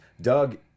Doug